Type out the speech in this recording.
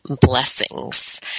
blessings